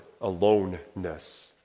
aloneness